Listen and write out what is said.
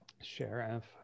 Sheriff